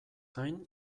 gain